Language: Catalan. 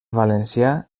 valencià